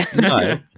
no